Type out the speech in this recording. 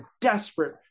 desperate